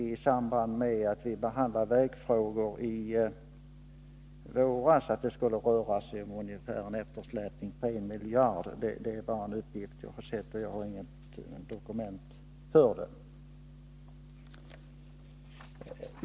I samband med att vi behandlade vägfrågor i våras såg jag en uppgift om att det skulle röra sig om en eftersläpning på ungefär 1 miljard. Jag kan inte dokumentera denna uppgift.